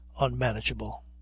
unmanageable